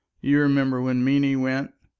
you remember when meeny went.